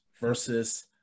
versus